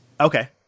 Okay